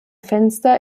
fenster